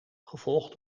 gevolgd